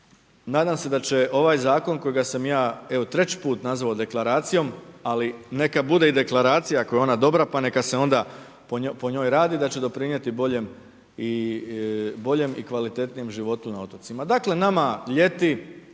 nadam se da će ovaj zakon kojega sam ja evo treći put nazvao deklaracijom, ali neka bude i deklaracija ako je ona dobra pa neka se onda po njoj radi, da će doprinijeti boljem i, boljem i kvalitetnijem životu na otocima. Dakle nama ljeti